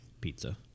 pizza